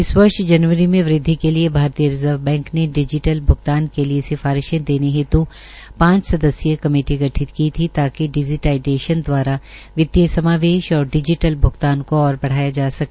इस वर्ष जनवरी में वृद्वि के लिये भारतीय रिजर्व बैंक ने डिजीटल भ्गतान के लिये सिफारिशें देने हेत् पांच सदसयीय कमेटी गठित की थी ताकि डिजीटाईजेंशन दवारा वित्तीय समावेश और डिजीटल भ्गतान को और बढ़ाया जा सके